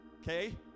Okay